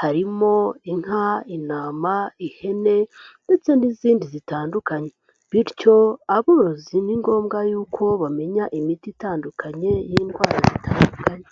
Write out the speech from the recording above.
harimo inka intama ihene ndetse n'izindi zitandukanye bityo aborozi ni ngombwa yuko bamenya imiti itandukanye y'indwara zitandukanye.